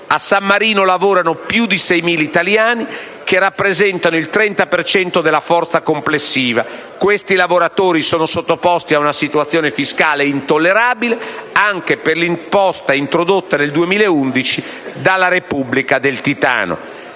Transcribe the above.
A San Marino lavorano più di 6.000 italiani, che rappresentano il 30 per cento della forza complessiva; questi lavoratori sono sottoposti a una situazione fiscale intollerabile, anche per l'imposta introdotta nel 2011 dalla Repubblica del Titano.